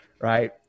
right